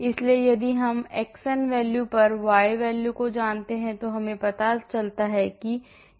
इसलिए यदि हम xn value पर y value को जानते हैं तो हमें पता है कि हम xn पर है